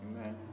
Amen